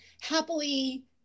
happily